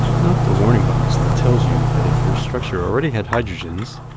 note the warning box that tells you that if your structure already had hydrogens,